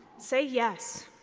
say yes.